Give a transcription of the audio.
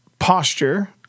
posture